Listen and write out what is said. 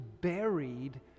buried